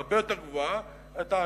הרבה יותר גבוהה, את העטיפה,